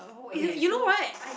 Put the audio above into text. okay so